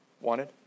Wanted